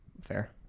Fair